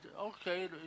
okay